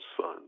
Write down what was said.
son